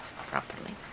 properly